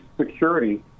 security